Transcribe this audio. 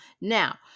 Now